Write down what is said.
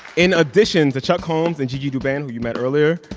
in addition to chuck holmes and gigi douban, who you met earlier,